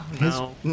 no